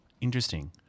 Interesting